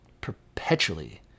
perpetually